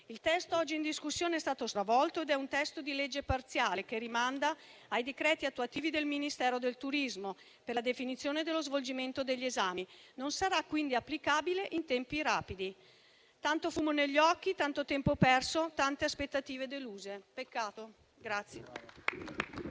Il testo oggi in discussione è stato stravolto, è parziale e rimanda ai decreti attuativi del Ministero del turismo per la definizione dello svolgimento degli esami. Non sarà quindi applicabile in tempi rapidi. Tanto fumo negli occhi, tanto tempo perso e tante aspettative deluse: peccato.